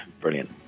Brilliant